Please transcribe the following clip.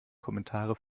kommentare